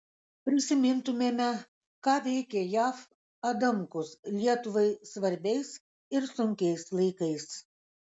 prisimintumėme ką veikė jav adamkus lietuvai svarbiais ir sunkiais laikais